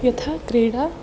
यथा क्रीडा